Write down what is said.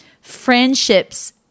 friendships